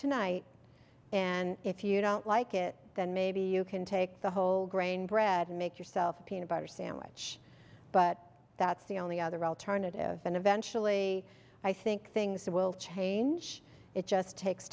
tonight and if you don't like it then maybe you can take the whole grain bread and make yourself a peanut butter sandwich but that's the only other alternative and eventually i think things will change it just takes